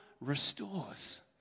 restores